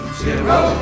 zero